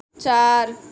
চার